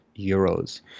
euros